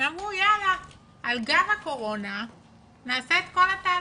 ועל גב הקורונה החליטו לעשות את כול התהליכים.